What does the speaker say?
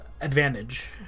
Advantage